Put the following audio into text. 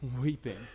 weeping